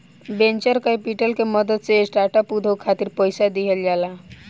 venture capital के मदद से स्टार्टअप उद्योग खातिर पईसा दिहल जाला